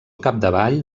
capdavall